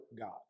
God